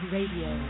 Radio